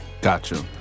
Gotcha